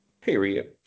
Period